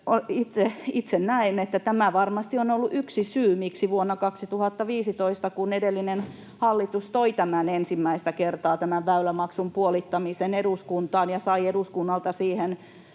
Itse näen, että tämä varmasti on ollut yksi syy, miksi vuonna 2015 edellinen hallitus toi ensimmäistä kertaa tämän väylämaksun puolittamisen eduskuntaan ja sai eduskunnalta siihen